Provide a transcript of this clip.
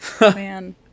Man